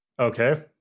Okay